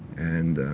and